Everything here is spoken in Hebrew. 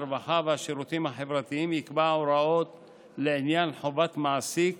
הרווחה והשירותים החברתיים יקבע הוראות לעניין חובת מעסיק